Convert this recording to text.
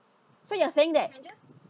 so you are saying that